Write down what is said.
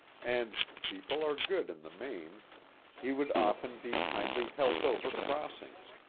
and people are good in the main he would often be kindly helped over crossings,